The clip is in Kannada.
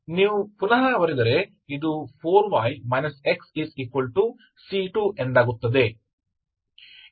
ಆದ್ದರಿಂದ ನೀವು ಪುನಃ ಬರೆದರೆ ಇದು4y x C2ಎಂದಾಗುತ್ತದೆ